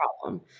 problem